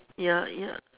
ya ya